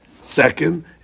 second